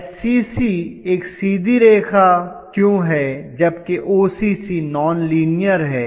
छात्र SCC एक सीधी रेखा क्यों है जबकि OCC नान लिनीअर है